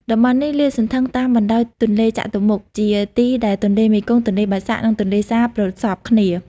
តំបន់នេះលាតសន្ធឹងតាមបណ្តោយទន្លេចតុមុខ ជាទីដែលទន្លេមេគង្គ ទន្លេបាសាក់ និងទន្លេសាបប្រសព្វគ្នា។